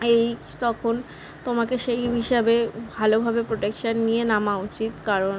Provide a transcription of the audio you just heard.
এই তখন তোমাকে সেই হিসাবে ভালোভাবে প্রোটেকশান নিয়ে নামা উচিত কারণ